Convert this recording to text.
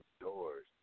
doors